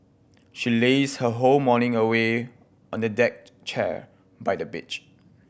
she lazed her whole morning away on a deck chair by the beach